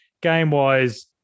game-wise